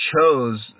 chose